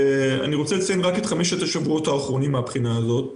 אני רוצה לציין רק את חמשת השבועות האחרונים מהבחינה הזאת,